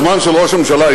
הזמן של ראש הממשלה,